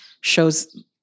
shows